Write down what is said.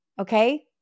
okay